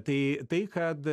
tai tai kad